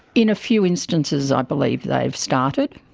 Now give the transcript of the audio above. in a few instances i believe they've started.